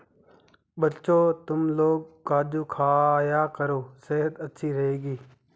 बच्चों, तुमलोग काजू खाया करो सेहत अच्छी रहेगी